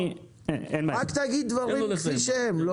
רק תגיד דברים כפי שהם.